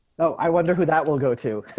oh, i wonder who that will go to